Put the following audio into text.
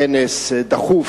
כנס דחוף,